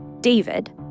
David